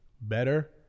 better